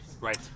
right